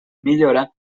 millora